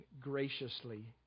graciously